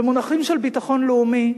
במונחים של ביטחון לאומי,